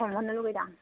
सोंहरनो लुगैदां